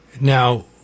Now